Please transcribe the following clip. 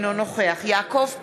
אינו נוכח יעקב פרי,